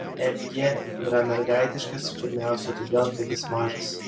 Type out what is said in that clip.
mg yra mergaitiškas pirmiausia todėl kad jis mažas